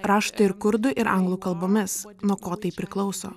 rašote ir kurdų ir anglų kalbomis nuo ko tai priklauso